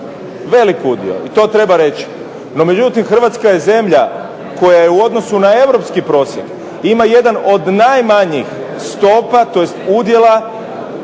velik udio i to treba reći. No međutim, Hrvatska je zemlja koja je u odnosu na europski prosjek ima jedan od najmanjih stopa tj. udjela